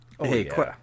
Hey